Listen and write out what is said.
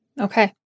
Okay